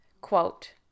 Quote